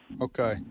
Okay